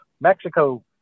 Mexico